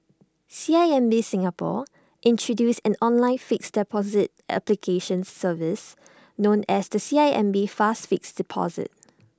C I M B Singapore has introduced an online fixed deposit application service known as the C I M B fast fixed deposit